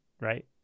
right